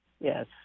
Yes